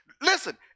Listen